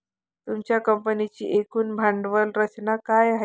तुमच्या कंपनीची एकूण भांडवल रचना काय आहे?